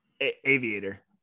Aviator